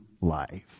life